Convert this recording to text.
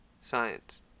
science